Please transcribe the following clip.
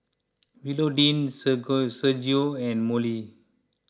Willodean Sergio and Mollie